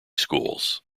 schools